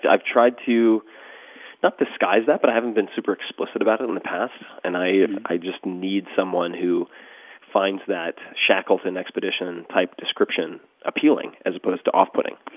i've tried to not disguise that, but i haven't been super explicit about it in the past and i i just need someone who finds that shackleton expedition type description appealing as opposed to off putting.